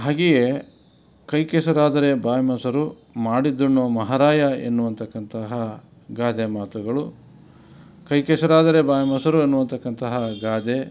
ಹಾಗೆಯೇ ಕೈ ಕೆಸರಾದರೆ ಬಾಯಿ ಮೊಸರು ಮಾಡಿದ್ದುಣ್ಣೋ ಮಹಾರಾಯ ಎನ್ನುವಂತಕ್ಕಂತಹ ಗಾದೆ ಮಾತುಗಳು ಕೈ ಕೆಸರಾದರೆ ಬಾಯಿ ಮೊಸರು ಎನ್ನುವಂತಕ್ಕಂತಹ ಗಾದೆ